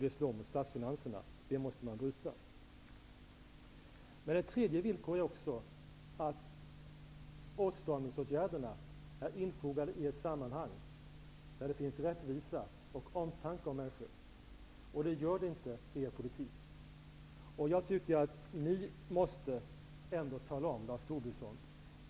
Ett tredje villkor är att åtstramningsåtgärderna är infogade i ett sammanhang där det finns rättvisa och omtanke om människor, och det gör det inte i er politik. Ni måste ändå tala om hur det är, Lars Tobisson.